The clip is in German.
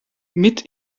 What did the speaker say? mit